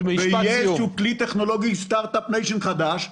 ויהיה איזשהו כלי טכנולוגי חדש,